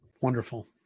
wonderful